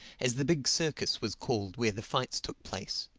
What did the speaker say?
as the big circus was called where the fights took place.